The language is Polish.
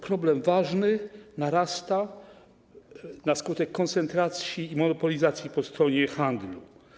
Problem narasta na skutek koncentracji i monopolizacji po stronie handlu.